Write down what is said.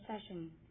session